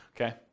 Okay